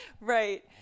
Right